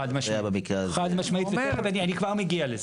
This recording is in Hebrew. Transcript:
חד משמעית, אני כבר מגיע לזה.